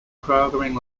programming